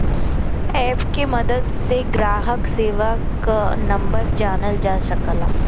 app के मदद से ग्राहक सेवा क नंबर जानल जा सकला